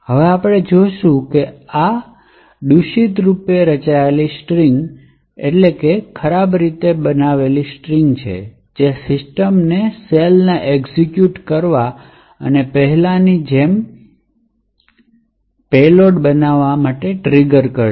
આપણે હવે જે જોશું તે આ દૂષિત રૂપે રચિત સ્ટ્રિંગને લીધે છે તે સિસ્ટમને શેલને એક્ઝેક્યુટ કરવા અને પહેલાની જેમ બનાવવા માટે ટ્રિગર કરશે